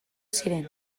ziren